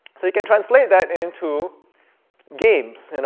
so you can translate that into games. and